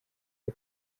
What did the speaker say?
que